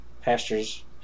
pastures